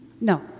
No